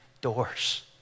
doors